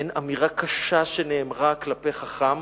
אין אמירה קשה שנאמרה כלפי חכם